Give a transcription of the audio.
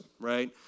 right